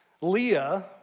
Leah